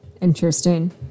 Interesting